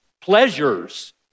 pleasures